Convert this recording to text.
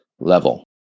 level